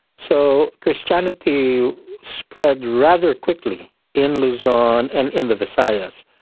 so christianity spread rather quickly in luzon and in the visayas.